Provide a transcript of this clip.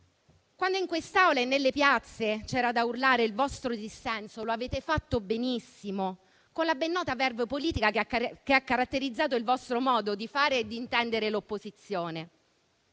Quando in quest'Aula e nelle piazze c'era da urlare il vostro dissenso, lo avete fatto benissimo, con la ben nota *verve* politica che ha caratterizzato il vostro modo di fare e di intendere l'opposizione.